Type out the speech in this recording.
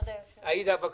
עאידה תומא